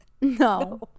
No